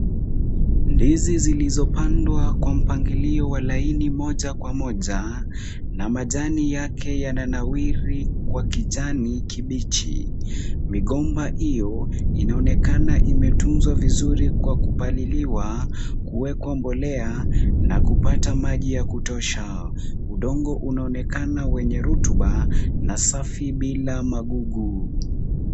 Ndizi zilizopandwa kwa mpangilio wa laini moja kwa moja, na majani yake yananawiri kwa kijani kibichi. Migomba hiyo inaonekana imetunzwa vizuri kwa kupaliliwa, kuweka mbolea na kupata maji ya kutosha. Udongo unaonekana wenye rutuba na safi bila magugu.